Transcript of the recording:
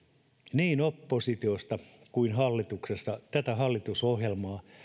niin oppositiosta kuin hallituksesta tätä hallitusohjelmaa